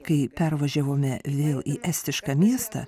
kai pervažiavome vėl į estišką miestą